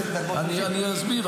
אני אסביר.